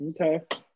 Okay